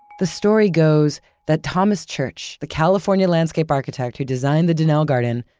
the story goes that thomas church, the california landscape architect, who designed the donnell garden,